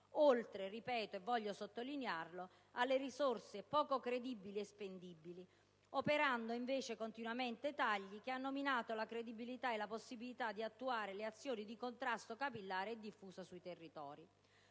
oltre - ripeto e voglio sottolinearlo - alle risorse poco credibili e spendibili, operando invece continuamente tagli che hanno minato la credibilità e la possibilità di attuare azioni di contrasto capillare e diffuso sui territori.